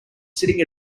sitting